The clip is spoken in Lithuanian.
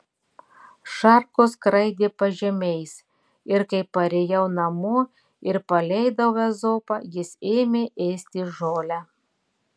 šarkos skraidė pažemiais ir kai parėjau namo ir paleidau ezopą jis ėmė ėsti žolę